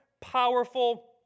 powerful